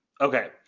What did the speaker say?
Okay